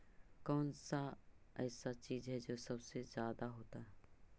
कौन सा ऐसा चीज है जो सबसे ज्यादा होता है?